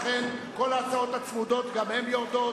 לכן כל ההצעות הצמודות, גם הן יורדות.